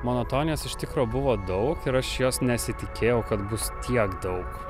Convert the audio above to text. monotonijos iš tikro buvo daug ir aš jos nesitikėjau kad bus tiek daug